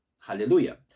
Hallelujah